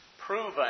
proven